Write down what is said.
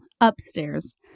upstairs